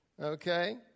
okay